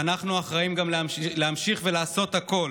ואנחנו אחראים גם להמשיך ולעשות הכול